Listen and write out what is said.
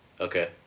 Okay